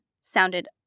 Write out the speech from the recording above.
sounded